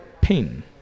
pain